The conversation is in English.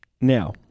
Now